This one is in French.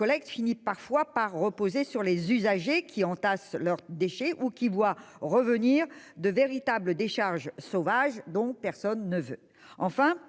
la collecte finit parfois par reposer sur les usagers, qui entassent leurs déchets ou qui voient apparaître de nouveau de véritables décharges sauvages dont personne ne veut.